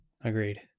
Agreed